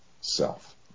self